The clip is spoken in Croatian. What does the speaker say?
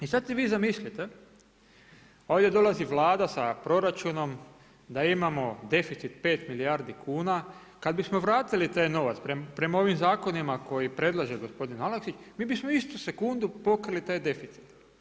I sada si vi zamislite, ovdje dolazi Vlada sa proračunom da imamo deficit 5 milijardi kuna, kada bismo vratili taj novac prema ovim zakonima koje predlaže gospodin Aleksić mi bismo istu sekundu pokrili taj deficit.